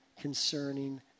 concerning